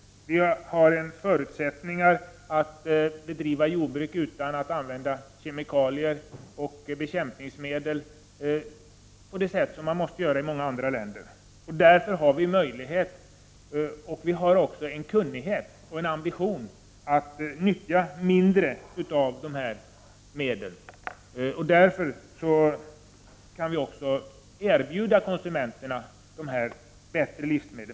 Vi har förutsättningar att driva jordbruk utan att behöva använda kemikalier och bekämpningsmedel på det sätt som man måste göra i många andra länder. Vi har också kunnighet och ambition som gör att vi kan nyttja mindre av de här medlen. Därför kan vi erbjuda konsumenterna bättre livsmedel.